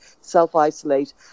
self-isolate